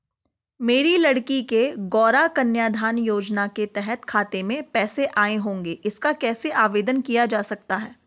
मेरी लड़की के गौंरा कन्याधन योजना के तहत खाते में पैसे आए होंगे इसका कैसे आवेदन किया जा सकता है?